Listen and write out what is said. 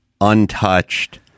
untouched –